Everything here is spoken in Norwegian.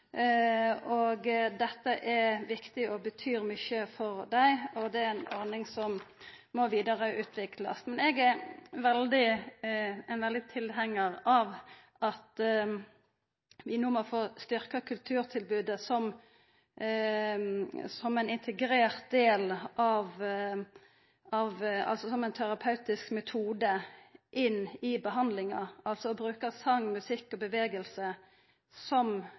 bur. Dette er viktig og betyr mykje for dei, og det er ei ordning som må utviklast vidare. Eg er sterkt tilhengar av at vi no må få styrkja kulturtilbodet som ein terapeutisk metode i behandlinga – altså at ein brukar song, musikk og bevegelse som